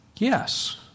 Yes